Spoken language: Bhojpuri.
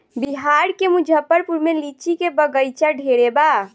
बिहार के मुजफ्फरपुर में लीची के बगइचा ढेरे बा